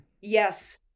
Yes